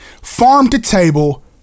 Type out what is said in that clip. farm-to-table